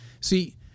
See